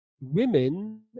women